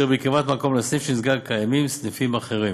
ובקרבת מקום לסניף שנסגר קיימים סניפים אחרים.